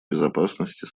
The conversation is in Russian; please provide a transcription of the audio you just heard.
безопасности